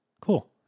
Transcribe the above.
Cool